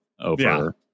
over